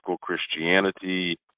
Christianity